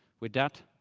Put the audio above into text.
with that,